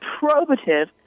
probative